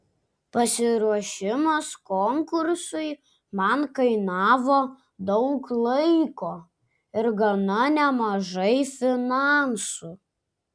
pasiruošimas konkursui man kainavo daug laiko ir gana nemažai finansų